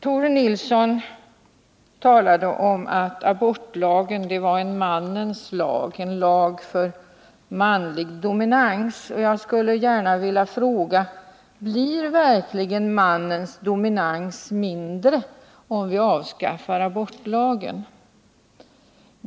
Tore Nilsson talade om att abortlagen var en mannens lag, en lag för manlig dominans. Jag skulle vilja fråga: Blir verkligen mannens dominans mindre om vi avskaffar abortlagen?